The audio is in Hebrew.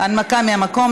הנמקה מהמקום.